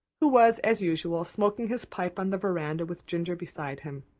who was as usual smoking his pipe on the veranda with ginger beside him.